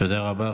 תודה רבה.